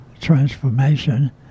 transformation